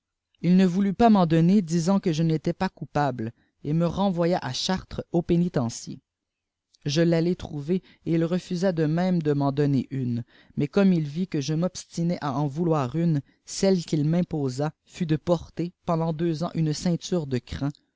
il ne voulut pas m'en aout ner disant que je n'étais pas coupable et me renvoya à chartres au pénitencier je l'allai trouver et il refusa de même de m'en donner une mais comme il vit que je m'obstinais à en vouloir uni celle qu'il m'imposa fut de porter pendant deux ans une ceinturé de crin